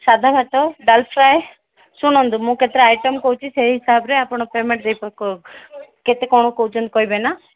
ସାଦା ଭାତ ଡାଲ୍ ଫ୍ରାଏ ଶୁଣନ୍ତୁ ମୁଁ କେତେଟା ଆଇଟମ୍ କହୁଛି ସେଇ ହିସାବରେ ଆପଣ ପେମେଣ୍ଟ୍ କେତେ କ'ଣ କହୁଛନ୍ତି କହିବେନା